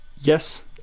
Yes